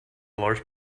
large